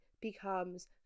becomes